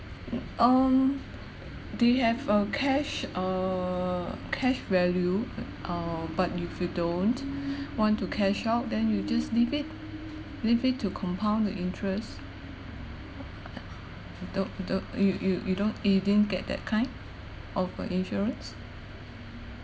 um do you have uh cash err cash value uh but you don't want to cash out then you just leave it leave it to compound the interest don't don't you you you don't you didn't get that kind of uh insurance